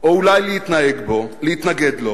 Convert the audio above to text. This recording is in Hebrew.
או אולי להתנגד לו,